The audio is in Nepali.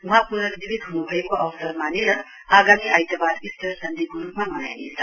वहाँ पुनजीवित ह्नुभएको अवसर मानेर आगामी आइतबार ईस्टरसण्डेको रूपमा मनाइनेछ